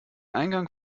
eingang